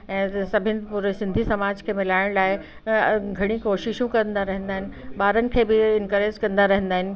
ऐं सभिनि पूरी सिंधी समाज खे मिलाइण लाइ घणी कोशिशूं कंदा रहिंदा आहिनि ॿारनि खे बि इन्करेज कंदा रहिंदा आहिनि